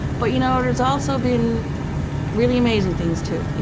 but you know, there's also been really amazing things, too.